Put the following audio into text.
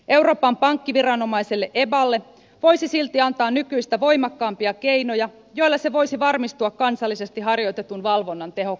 euroopan pankkiviranomaiselle eballe voisi silti antaa nykyistä voimakkaampia keinoja joilla se voisi varmistua kansallisesti harjoitetun valvonnan tehokkuudesta